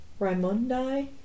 Raimundi